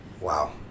Wow